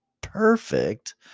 perfect